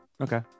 Okay